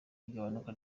igabanuka